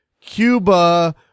Cuba